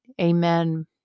Amen